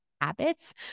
habits